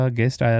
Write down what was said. guest